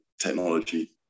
technology